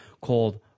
called